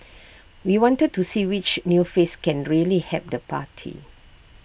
we wanted to see which new face can really help the party